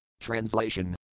Translation